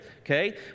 okay